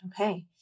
Okay